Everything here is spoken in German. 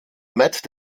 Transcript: matt